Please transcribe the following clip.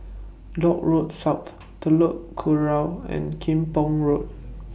Dock Road South Telok Kurau and Kim Pong Road